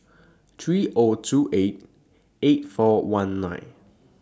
three O two eight eight four one nine